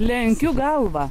lenkiu galvą